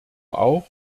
auch